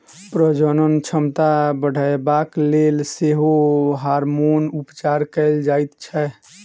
प्रजनन क्षमता बढ़यबाक लेल सेहो हार्मोन उपचार कयल जाइत छै